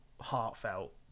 heartfelt